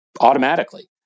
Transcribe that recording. Automatically